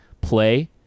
play